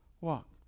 Walk